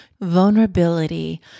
Vulnerability